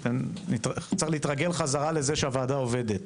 צריך להתרגל חזרה לזה שהוועדה עובדת.